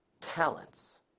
talents